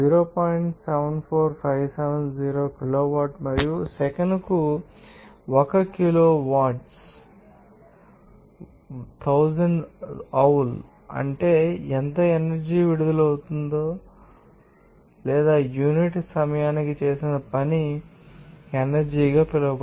74570 kilowatt మరియు సెకనుకు 1 kilowatt joule 1000జౌల్ అంటే ఎంత ఎనర్జీ విడుదల అవుతుంది లేదా యూనిట్ సమయానికి చేసిన పని ఎనర్జీ గా పిలువబడుతుంది